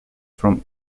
from